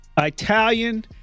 Italian